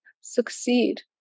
succeed